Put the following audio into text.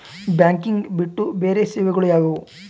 Banking ಬಿಟ್ಟು ಬೇರೆ ಸೇವೆಗಳು ಯಾವುವು?